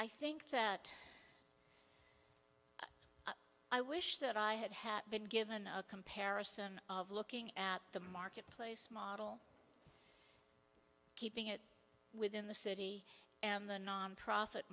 i think that i wish that i had had been given a comparison of looking at the marketplace model keeping it within the city and the nonprofit